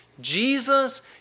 Jesus